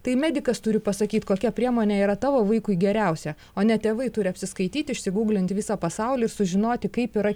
tai medikas turi pasakyt kokia priemonė yra tavo vaikui geriausia o ne tėvai turi apsiskaityt išsigūglint visą pasaulį ir sužinoti kaip yra